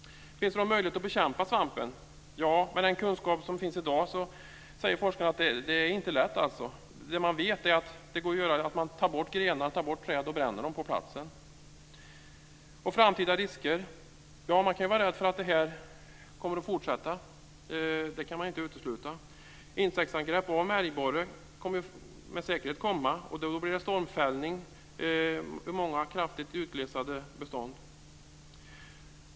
Med den kunskap som finns i dag säger forskarna att det inte är lätt. Det man vet är att det går att göra det om man tar bort grenar och träd och bränner dem på platsen. När det gäller framtida risker kan man ju vara rädd för att det här kommer att fortsätta. Det kan man inte utesluta. Angrepp av märgborrar kommer med säkerhet att komma, och då blir det stormfällning i många kraftigt utglesade bestånd.